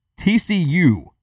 TCU